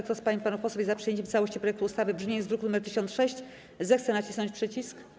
Kto z pań i panów posłów jest przyjęciem w całości projektu ustawy w brzmieniu z druku nr 1006, zechce nacisnąć przycisk.